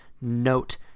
note